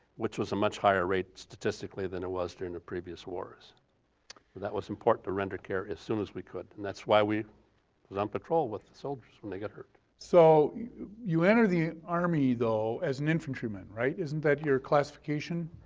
which was a much higher rate statistically than it was during the previous wars. but that was important to render care as soon as we could, and that's why we were on patrol with the soldiers when they got hurt. so you enter the army though as an infantry man, right? isn't that your classification?